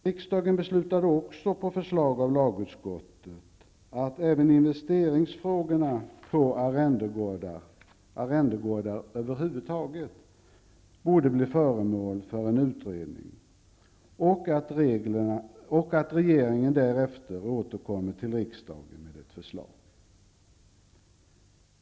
Riksdagen beslutade också, på förslag av lagutskotet, att investeringsfrågorna rörande arrendegårdar över huvud taget borde bli föremål för en utredning och att regeringen därefter skulle återkomma till riksdagen med förslag.